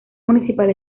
municipal